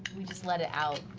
we just let it out.